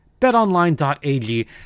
BetOnline.ag